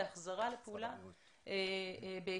להחזרה לפעולה בהקדם.